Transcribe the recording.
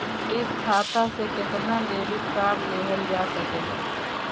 एक खाता से केतना डेबिट कार्ड लेहल जा सकेला?